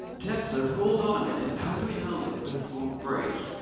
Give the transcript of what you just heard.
tess says, hold on a minute. how do we know that this won't break?